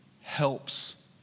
helps